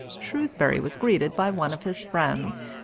shrewsbury was greeted by one of his friends.